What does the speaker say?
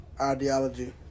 ideology